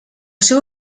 seu